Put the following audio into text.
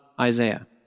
Isaiah